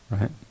Right